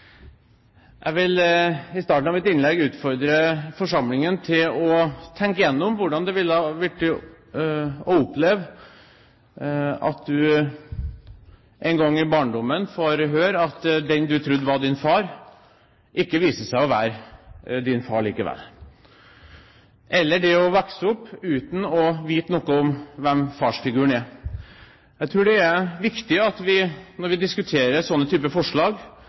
Jeg vil i starten av mitt innlegg utfordre forsamlingen til å tenke igjennom hvordan det ville vært å oppleve at du en gang i barndommen fikk høre at den du trodde var din far, viste seg ikke å være din far likevel, eller å vokse opp uten å vite hvem farsfiguren er. Når vi diskuterer sånne typer forslag, tror jeg det er viktig at